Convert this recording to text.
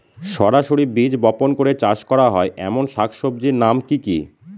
সরাসরি বীজ বপন করে চাষ করা হয় এমন শাকসবজির নাম কি কী?